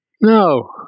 No